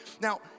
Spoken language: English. Now